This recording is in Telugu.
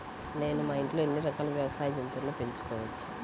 నేను మా ఇంట్లో ఎన్ని రకాల వ్యవసాయ జంతువులను పెంచుకోవచ్చు?